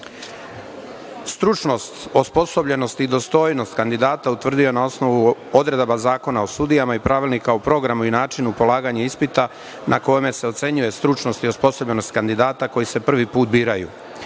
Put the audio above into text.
Lebanu. Stručnost, osposobljenost i dostojnost kandidata utvrđena je na osnovu odredaba Zakona o sudijama i Pravilnika o programu i načinu polaganja ispita na kome se ocenjuje stručnost i osposobljenost kandidata koji se prvi put biraju.